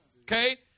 Okay